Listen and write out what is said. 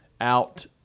out